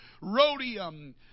rhodium